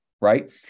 right